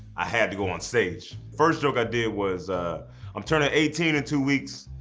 i had to go on stage. first joke i did was, ah i'm turning eighteen in two weeks.